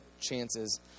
chances